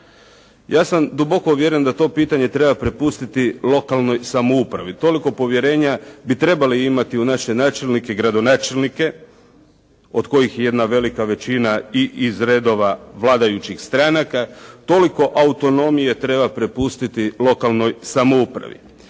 Ja sam duboko uvjeren da to pitanje treba prepustiti lokalnoj samoupravi. Toliko povjerenja bi trebali imati u naše načelnike i gradonačelnike od kojih je jedna velika većina i iz redova vladajućih stranaka, toliko autonomije treba prepustiti lokanoj samoupravi.